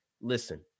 listen